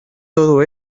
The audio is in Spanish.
todo